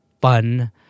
fun